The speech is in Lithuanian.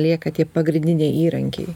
lieka tie pagrindiniai įrankiai